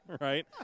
Right